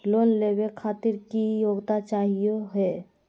Loan लेवे खातीर की योग्यता चाहियो हे?